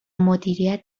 مدیریت